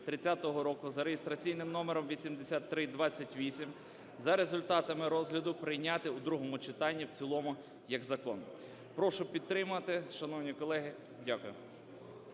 за реєстраційним номером 8328 за результатами розгляду прийняти у другому читанні в цілому як закон. Прошу підтримати, шановні колеги. Дякую.